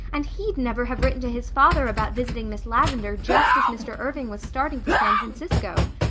and he'd never have written to his father about visiting miss lavendar just as mr. irving was starting for san francisco.